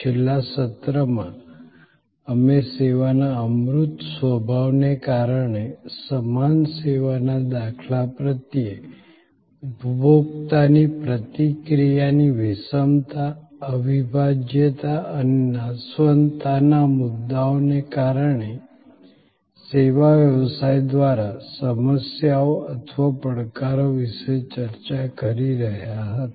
છેલ્લા સત્રમાં અમે સેવાના અમૂર્ત સ્વભાવને કારણે સમાન સેવાના દાખલા પ્રત્યે ઉપભોક્તાની પ્રતિક્રિયાની વિષમતા અવિભાજ્યતા અને નાશવંતતાના મુદ્દાઓને કારણે સેવા વ્યવસાય દ્વારા સમસ્યાઓ અથવા પડકારો વિશે ચર્ચા કરી રહ્યા હતા